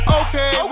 okay